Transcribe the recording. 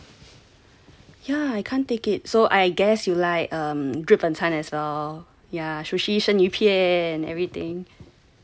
yeah I can't take it so I guess you like 日本餐 as well sushi and 生鱼片 everything